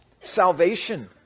Salvation